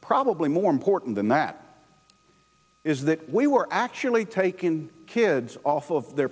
probably more important than that is that we were actually taken kids off of their